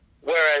Whereas